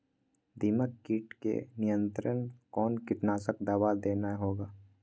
दीमक किट के नियंत्रण कौन कीटनाशक दवा देना होगा?